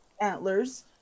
antlers